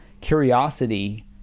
curiosity